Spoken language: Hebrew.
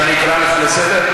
שאני אקרא אותך לסדר?